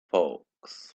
folks